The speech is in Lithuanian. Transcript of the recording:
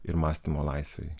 ir mąstymo laisvei